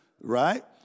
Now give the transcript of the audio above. right